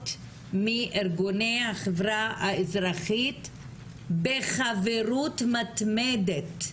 מארגוני החברה האזרחית בחברות מתמדת,